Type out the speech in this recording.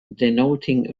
denoting